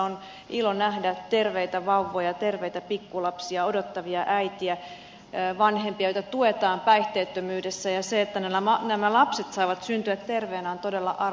on ilo nähdä terveitä vauvoja terveitä pikkulapsia odottavia äitejä vanhempia joita tuetaan päihteettömyydessä ja se että nämä lapset saavat syntyä terveinä on todella arvokas asia